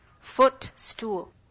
footstool